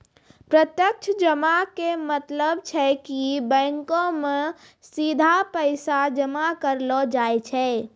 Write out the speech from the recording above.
प्रत्यक्ष जमा के मतलब छै कि बैंको मे सीधा पैसा जमा करलो जाय छै